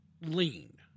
lean